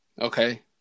Okay